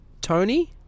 Tony